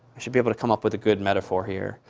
should be able to come up with a good metaphor here.